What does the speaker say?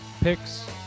Picks